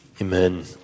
Amen